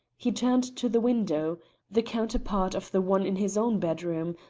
he turned to the window the counterpart of the one in his own bedroom,